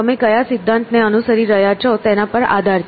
તમે કયા સિદ્ધાંતને અનુસરી રહ્યા છો તેના પર આધાર છે